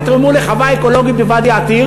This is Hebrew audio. הן יתרמו לחווה אקולוגית בוואדי-עתיר?